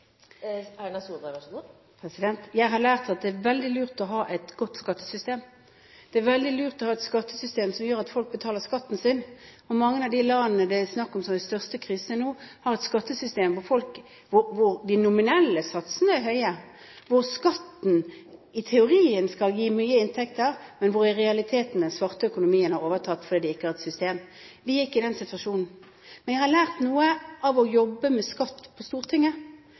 representanten Solberg lært av det som skjer ute i Europa nå? Jeg har lært at det er veldig lurt å ha et godt skattesystem. Det er veldig lurt å ha et skattesystem som gjør at folk betaler skatten sin. Mange av de landene det er snakk om, som har de største krisene nå, har et skattesystem hvor de nominelle satsene er høye, hvor skatten i teorien skal gi mye i inntekter, men hvor den svarte økonomien i realiteten har overtatt, fordi de ikke har hatt et system. Vi er ikke i den situasjonen. Men jeg har lært noe av å jobbe med skatt på Stortinget,